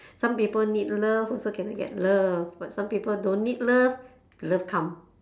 some people need love also cannot get love but some people don't need love love come